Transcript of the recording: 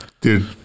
Dude